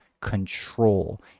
control